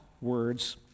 words